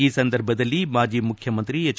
ಈ ಸಂದರ್ಭದಲ್ಲಿ ಮಾಜಿ ಮುಖ್ಯಮಂತ್ರಿ ಎಚ್